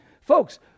folks